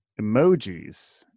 emojis